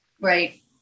Right